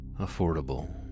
Affordable